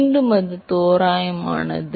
மீண்டும் அது தோராயமானது